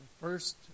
first